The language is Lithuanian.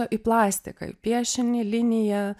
į plastiką į piešinį liniją